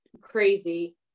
crazy